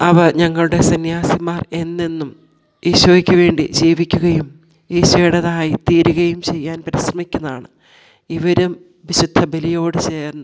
അവർ ഞങ്ങളുടെ സന്യാസിമാർ എന്നെന്നും ഈശോയ്ക്ക് വേണ്ടി ജീവിക്കുകയും ഈശോയുടേതായി തീരുകയും ചെയ്യാൻ പരിശ്രമിക്കുന്നതാണ് ഇവരും വിശുദ്ധ ബലിയോട് ചേർന്ന്